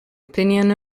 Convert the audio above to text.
opinion